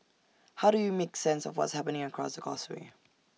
how do we make sense of what's happening across the causeway